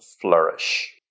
flourish